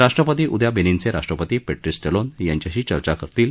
राष्ट्रपती उद्या बेनीनचे राष्ट्रपती पेट्रीस टेलोन यांच्याशी चर्चा करतील